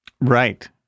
Right